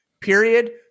period